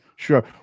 Sure